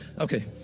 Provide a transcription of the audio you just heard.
Okay